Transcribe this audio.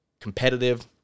competitive